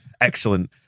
Excellent